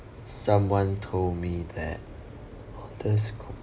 someone told me that oddest compliment